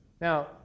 Now